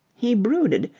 he brooded,